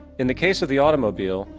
in the case of the automobile,